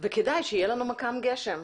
וכדאי שיהיה לנו מכ"ם גשם.